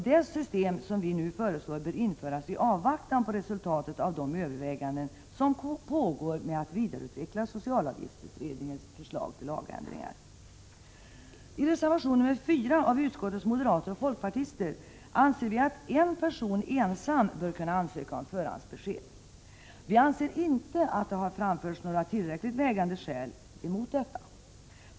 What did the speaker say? Det system som vi nu föreslår bör införas i avvaktan på resultatet av de överväganden som pågår med att vidareutveckla socialavgiftsutredningens förslag till lagändringar. I reservation nr 4 av utskottets moderater och folkpartister anför vi att en person ensam bör kunna ansöka om förhandsbesked. Vi anser inte att det har framförts några tillräckligt vägande skäl häremot.